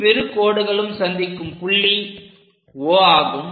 இவ்விரு கோடுகளும் சந்திக்கும் புள்ளி O ஆகும்